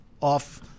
off